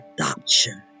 adoption